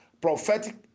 prophetic